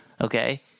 Okay